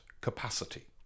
capacity